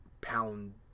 pound